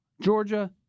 Georgia